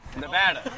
Nevada